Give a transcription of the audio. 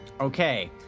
Okay